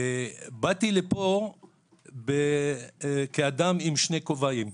באתי לפה בשני כובעים,